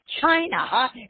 China